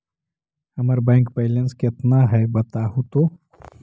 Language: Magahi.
हमर बैक बैलेंस केतना है बताहु तो?